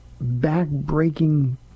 back-breaking